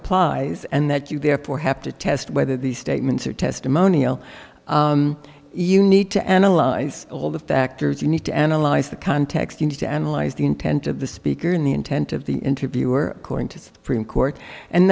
applies and that you therefore have to test whether these statements are testimonial you need to analyze all the factors you need to analyze the context you need to analyze the intent of the speaker in the intent of the interviewer according to court and